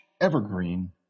evergreen